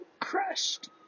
crushed